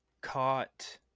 caught